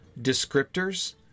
descriptors